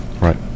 Right